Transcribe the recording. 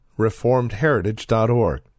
reformedheritage.org